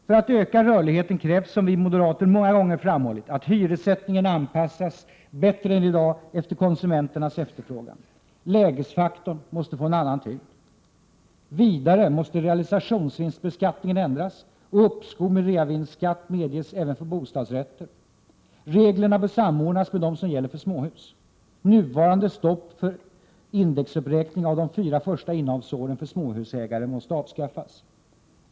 För att öka rörligheten krävs, som vi moderater många gånger framhållit, att hyressättningen anpassas bättre än i dag efter konsumenternas efterfrågan. Lägesfaktorn måste få en annan tyngd. Vidare måste realisationsvinstbeskattningen ändras och uppskov med reavinstskatt medges även för bostadsrätter. Reglerna bör samordnas med dem som gäller för småhus. Nuvarande stopp för indexuppräkning de fyra första innehavsåren för småhusägare måste avskaffas.